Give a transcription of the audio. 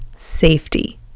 safety